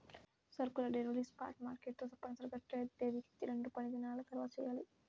సరుకుల delivery spot market తో తప్పనిసరిగా ట్రేడ్ తేదీకి రెండుపనిదినాల తర్వాతచెయ్యాలి